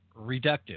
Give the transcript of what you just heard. reductive